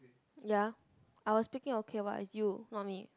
ya I was speaking okay what its you not me